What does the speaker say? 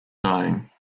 dying